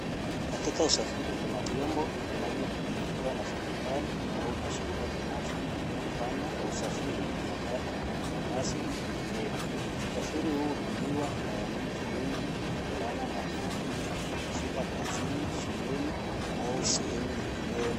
Katika usafiri kuna vyombo vinavyomilikiwa na serikali au mashirika binafsi, kwa mfano wa usafiri ni matatu, mabasi na mengineyo. Usafiri huu hutumiwa na wananchi wengi kwa gharama nafuu ili kufika kazini, shuleni au sehemu nyingineyo muhimu.